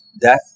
death